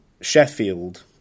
Sheffield